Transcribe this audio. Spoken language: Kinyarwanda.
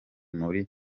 muri